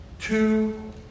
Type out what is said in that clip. two